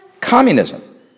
communism